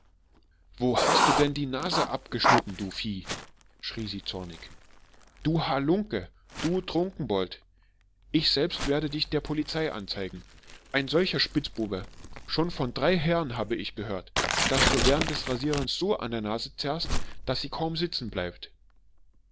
wo hast du denn diese nase abgeschnitten du vieh schrie sie zornig du halunke du trunkenbold ich selbst werde dich der polizei anzeigen ein solcher spitzbube schon von drei herren habe ich gehört daß du während des rasierens so an der nase zerrst daß sie kaum sitzen bleibt